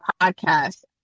podcast